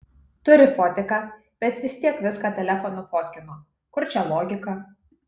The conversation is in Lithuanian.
turi fotiką bet vis tiek viską telefonu fotkino kur čia logika